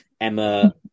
Emma